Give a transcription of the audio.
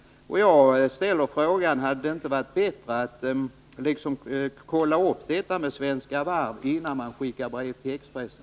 Jag ställer frågan: Hade det inte varit bättre att diskutera detta med regeringskolleger och med Svenska Varv innan man skickade brev till Expressen?